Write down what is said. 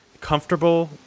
comfortable